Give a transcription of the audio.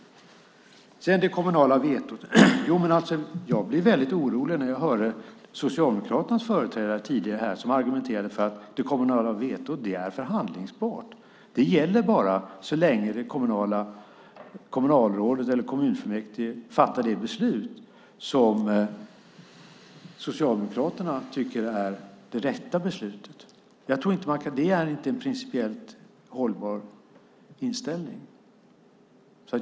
Beträffande det kommunala vetot blev jag väldigt orolig när jag hörde Socialdemokraternas företrädare tidigare här argumentera för att det kommunala vetot är förhandlingsbart. Det gäller bara så länge kommunalrådet och kommunfullmäktige fattar ett beslut som Socialdemokraterna tycker är det rätta beslutet. Det är inte en principiellt hållbar inställning.